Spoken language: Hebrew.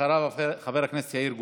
אחריו, חבר הכנסת יאיר גולן.